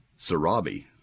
Sarabi